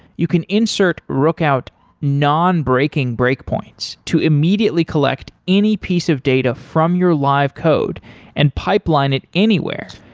you can insert rookout non-breaking breakpoints to immediately collect any piece of data from your live code and pipeline it anywhere,